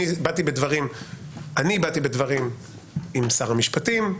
אני באתי בדברים עם שר המשפטים.